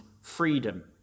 freedom